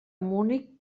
munic